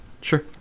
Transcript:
Sure